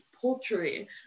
poultry